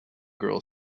girl